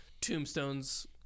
tombstones